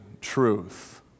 truth